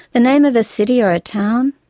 the name of a city or a town.